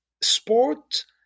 sport